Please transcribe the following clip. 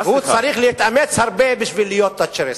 הוא צריך להתאמץ הרבה כדי להיות תאצ'ריסט.